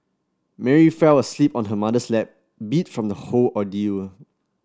Mary fell asleep on her mother's lap beat from the whole ordeal